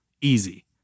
easy